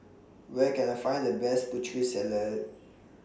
Where Can I Find The Best Putri Salad